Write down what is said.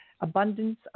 abundance